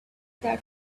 that